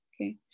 okay